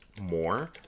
more